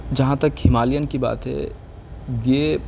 جہاں تک ہمالین کی بات ہے یہ